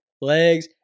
legs